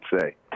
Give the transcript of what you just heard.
say